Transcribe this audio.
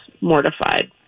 mortified